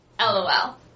LOL